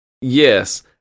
Yes